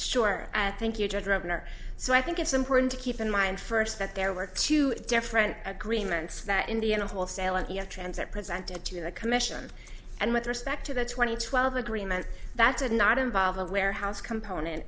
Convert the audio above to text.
sure at thank you judge or so i think it's important to keep in mind first that there were two different agreements that indians will sale and transit presented to the commission and with respect to the twenty twelve agreement that did not involve a warehouse component